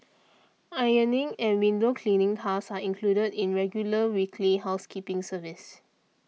ironing and window cleaning tasks are included in regular weekly housekeeping service